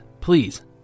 please